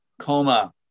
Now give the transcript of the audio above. coma